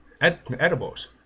edibles